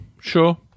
Sure